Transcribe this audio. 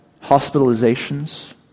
hospitalizations